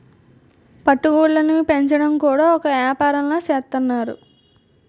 పట్టు గూళ్ళుని పెంచడం కూడా ఒక ఏపారంలా సేత్తన్నారు